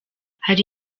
hari